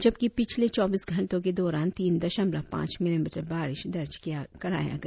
जबकि पिछले चौबीस घंटों के दौरान तीन दशमलव पांच मिलीमीटर बारिश दर्ज कराया गया